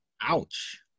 ouch